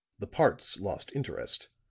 the parts lost interest.